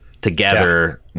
together